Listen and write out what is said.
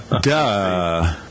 Duh